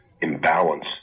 imbalance